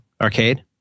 Arcade